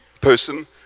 person